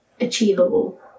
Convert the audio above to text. achievable